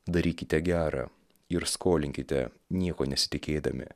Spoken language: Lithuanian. darykite gera ir skolinkite nieko nesitikėdami